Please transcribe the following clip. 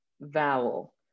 vowel